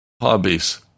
hobbies